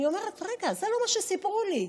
אני אומרת, רגע, זה לא מה שסיפרו לי.